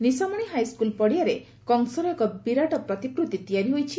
Nishamani high school ପଡ଼ିଆରେ କଂସର ଏକ ବିରାଟ ପ୍ରତିକୃତି ତିଆରି ହୋଇଛି